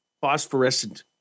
phosphorescent